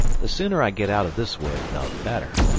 the sooner i get out of this wood the better.